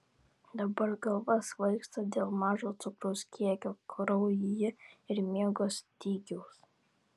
dabar galva svaigsta dėl mažo cukraus kiekio kraujyje ir miego stygiaus